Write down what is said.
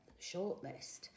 shortlist